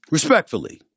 Respectfully